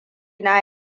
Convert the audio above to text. na